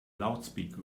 loudspeaker